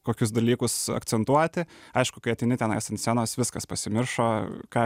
kokius dalykus akcentuoti aišku kai ateini tenais ant scenos viskas pasimiršo ką